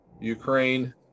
ukraine